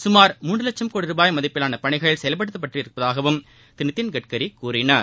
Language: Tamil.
கமார் மூன்று வட்சும் கோடி ரூபாய் மதிப்பிலான பணிகள் செயல்படுத்தப் பட்டிருப்பதாகவும் திரு நிதின்கட்கரி கூறினார்